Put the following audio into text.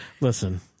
Listen